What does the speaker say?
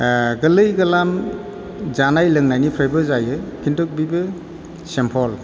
गोरलै गोरलाम जानाय लोंनायनिफ्रायबो जायो किन्तु बेबो सिम्पोल